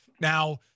now